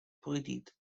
pleaded